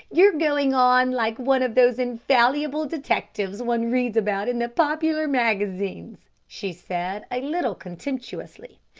you're going on like one of those infallible detectives one reads about in the popular magazines, she said a little contemptuously.